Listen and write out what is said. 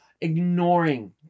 ignoring